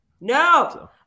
No